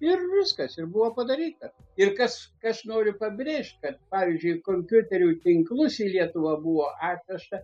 ir viskas ir buvo padaryta ir kas ką aš noriu pabrėžt kad pavyzdžiui kompiuterių tinklus į lietuvą buvo atvežta